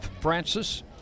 Francis